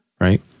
right